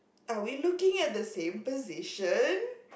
are we looking at the same position